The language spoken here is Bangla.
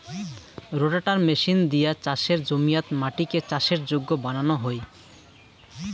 রোটাটার মেশিন দিয়া চাসের জমিয়াত মাটিকে চাষের যোগ্য বানানো হই